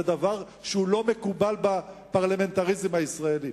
זה דבר שלא מקובל בפרלמנטריזם הישראלי,